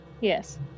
Yes